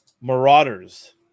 Marauders